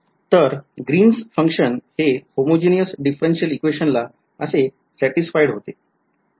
तर Green's function हे homogeneous differential equation ला असे सॅटिसफाईड होते ज्या पद्धतीने तुम्ही ते बांधाल